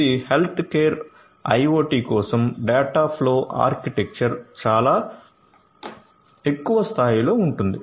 ఇది healthcare IOT కోసం data flow architecture చాలా ఎక్కువ స్థాయిలో ఉంటుంది